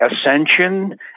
Ascension